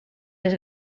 les